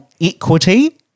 equity